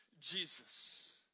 Jesus